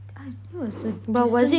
I it was a different